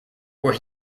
where